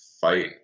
fight